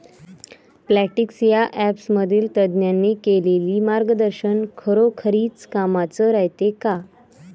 Plantix या ॲपमधील तज्ज्ञांनी केलेली मार्गदर्शन खरोखरीच कामाचं रायते का?